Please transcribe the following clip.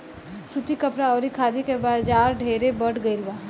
सूती कपड़ा अउरी खादी के बाजार ढेरे बढ़ गईल बा